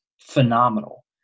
phenomenal